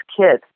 kids